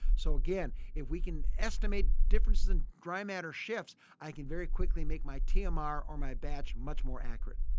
so, again if we can estimate differences in dry matter shifts i can very quickly make my tmr um ah or or my batch much more accurate.